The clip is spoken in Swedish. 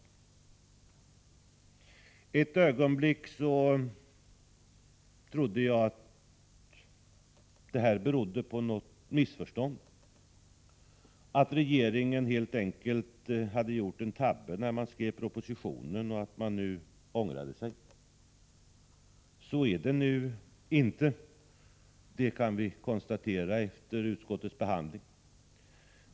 För ett ögonblick trodde jag att det hela på något sätt berodde på ett missförstånd, att regeringen helt enkelt hade gjort en tabbe när den skrev propositionen och att regeringen nu ångrar sig. Så är det inte. Det kan vi konstatera efter utskottets behandling.